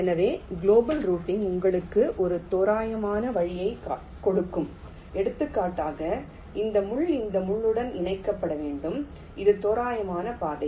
எனவே global routing உங்களுக்கு ஒரு தோராயமான வழியைக் கொடுக்கும் எடுத்துக்காட்டாக இந்த முள் இந்த முள் உடன் இணைக்கப்பட வேண்டும் இது தோராயமான பாதை